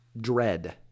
Dread